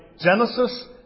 Genesis